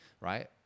right